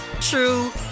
true